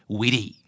witty